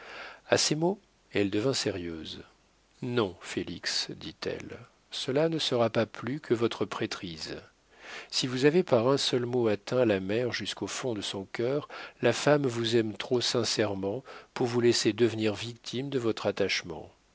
a ces mots elle devint sérieuse non félix dit-elle cela ne sera pas plus que votre prêtrise si vous avez par un seul mot atteint la mère jusqu'au fond de son cœur la femme vous aime trop sincèrement pour vous laisser devenir victime de votre attachement